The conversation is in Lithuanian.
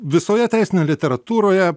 visoje teisinėje literatūroje